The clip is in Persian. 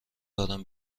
دارم